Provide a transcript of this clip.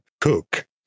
cook